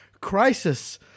crisis